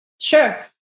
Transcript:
Sure